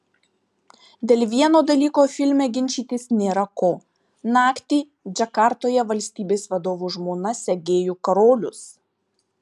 dėl vieno dalyko filme ginčytis nėra ko naktį džakartoje valstybės vadovo žmona segėjo karolius